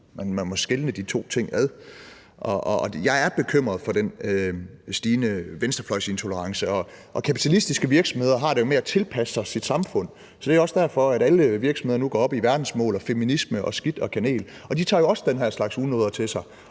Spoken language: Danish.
Man må skelne mellem de to ting. Jeg er bekymret for den stigende venstrefløjsintolerance. Kapitalistiske virksomheder har det jo med at tilpasse sig deres samfund, så det er også derfor, at alle virksomheder nu går op i verdensmål og feminisme og skidt og kanel, og de tager jo også den her slags unoder til sig